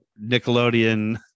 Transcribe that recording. Nickelodeon